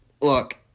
Look